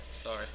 Sorry